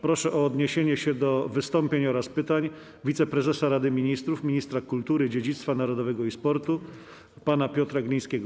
Proszę o odniesienie się do wystąpień oraz pytań wiceprezesa Rady Ministrów, ministra kultury, dziedzictwa narodowego i sportu pana Piotra Glińskiego.